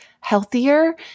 healthier